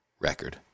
record